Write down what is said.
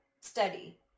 study